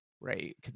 right